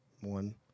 one